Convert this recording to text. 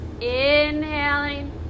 Inhaling